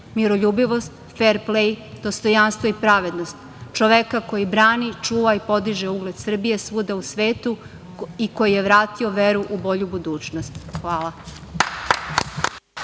miroljubivost, fer-plej, dostojanstvo, pravednost, čoveka koji brani, čuva i podiže ugled Srbije svuda u svetu i koji je vratio veru u bolju budućnost. Hvala.